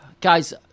Guys